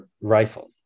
rifle